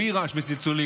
בלי רעש וצלצולים,